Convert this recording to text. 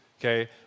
okay